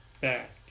back